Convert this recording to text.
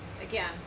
Again